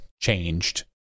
changed